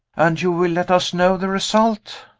and you will let us know the result?